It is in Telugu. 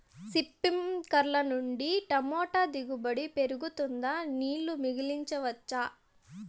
స్ప్రింక్లర్లు నుండి టమోటా దిగుబడి పెరుగుతుందా? నీళ్లు మిగిలించవచ్చా?